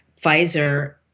Pfizer